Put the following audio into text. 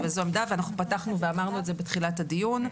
אבל זו העמדה ואנחנו פתחנו ואמרנו את זה בתחילת הדיון.